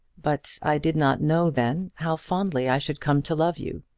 but i did not know then how fondly i should come to love you.